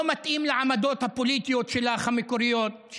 זה לא מתאים לעמדות הפוליטיות המקוריות שלך,